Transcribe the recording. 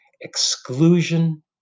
exclusion